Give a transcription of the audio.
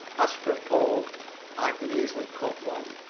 as for a pole i can easily cut one.